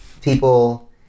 people